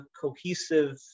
cohesive